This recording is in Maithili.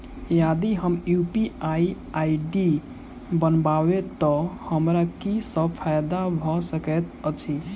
यदि हम यु.पी.आई आई.डी बनाबै तऽ हमरा की सब फायदा भऽ सकैत अछि?